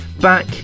back